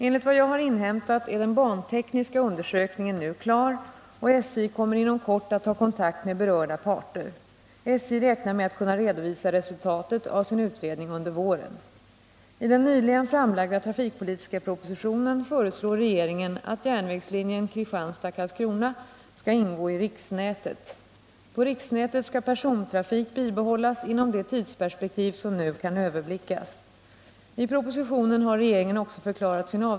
Enligt vad jag har inhämtat är den bantekniska undersökningen nu klar, och SJ kommer inom kort att ta kontakt med berörda parter. SJ räknar med att kunna redovisa resultatet av sin utredning under våren.